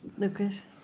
lucas?